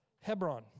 Hebron